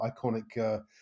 iconic